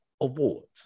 awards